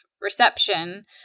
reception